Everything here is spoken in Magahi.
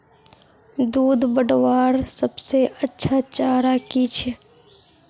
दूध बढ़वार सबसे अच्छा चारा की छे?